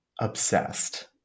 Obsessed